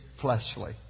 fleshly